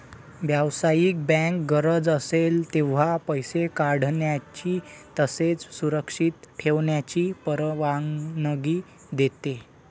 व्यावसायिक बँक गरज असेल तेव्हा पैसे काढण्याची तसेच सुरक्षित ठेवण्याची परवानगी देते